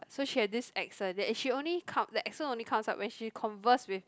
so she had this accent that she only come that accent only comes up when she converse with